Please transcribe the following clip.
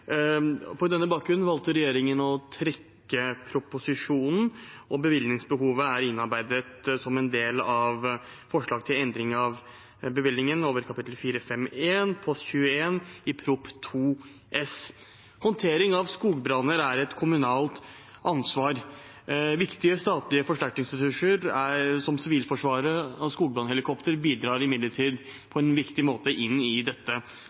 På denne bakgrunn valgte regjeringen å trekke proposisjonen. Bevilgningsbehovet er innarbeidet som en del av forslag til endring av bevilgningen over kap. 451, post 21 i Prop. 2 S. Håndtering av skogbranner er et kommunalt ansvar. Viktige statlige forsterkningsressurser som Sivilforsvaret og skogbrannhelikopter bidrar imidlertid på en viktig måte inn i dette